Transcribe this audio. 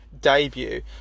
debut